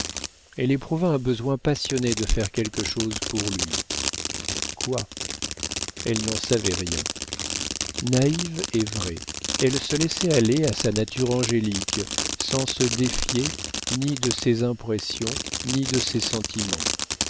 elle éprouva un besoin passionné de faire quelque chose pour lui quoi elle n'en savait rien naïve et vraie elle se laissait aller à sa nature angélique sans se défier ni de ses impressions ni de ses sentiments